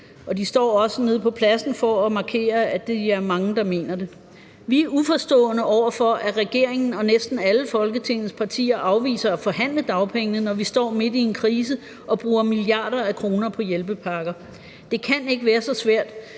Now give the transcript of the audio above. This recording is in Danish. og de står nede på pladsen for at markere, at de er mange, der mener det. Vi er uforstående over for, at regeringen og næsten alle Folketingets partier afviser at forhandle dagpenge, når vi står midt i en krise og bruger milliarder af kroner på hjælpepakker. Det kan ikke være så svært,